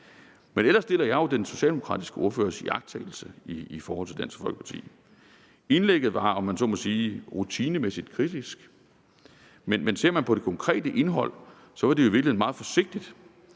Men ellers deler jeg jo den socialdemokratiske ordførers iagttagelse i forhold til Dansk Folkeparti. Indlægget var, om man så må sige, rutinemæssigt kritisk, men ser man på det konkrete indhold, var det jo i virkeligheden meget forsigtigt